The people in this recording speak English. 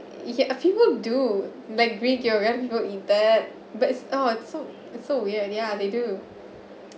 yeah and people do like greek yogurt in that but it's oh it's so it's so weird and yeah they do